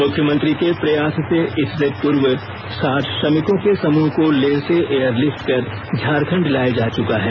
मुख्यमंत्री के प्रयास से इससे पूर्व साठ श्रमिकों के समूह को लेह से एयरलिफ्ट कर झारखण्ड लाया जा चुका है